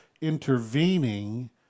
intervening